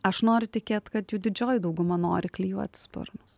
aš noriu tikėt kad jų didžioji dauguma nori klijuoti sparnus